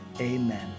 amen